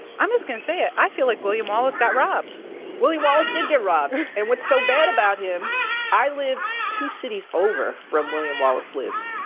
i'm just going to say it i feel like william wallace got robbed william wallace did get robbed. and what's so bad about him i live two cities over from william wallace lives.